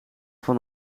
van